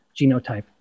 genotype